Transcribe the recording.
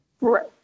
Right